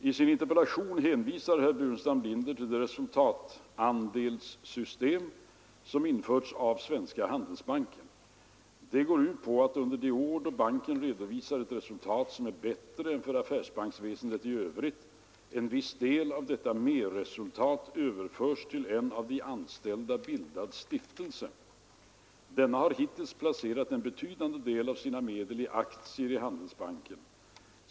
I sin interpellation hänvisar herr Burenstam Linder till det resultatandelssystem som införts av Svenska handelsbanken. Detta går ut på att under de år då banken redovisar ett resultat som är bättre än för affärsbanksväsendet i övrigt, en viss del av detta ”merresultat” överförs till en av de anställda bildad stiftelse. Denna har hittills placerat en betydande del av sina medel i aktier i Handelsbanken.